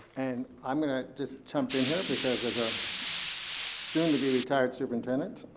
i'm gonna just jump in here because as a soon to be retired superintendent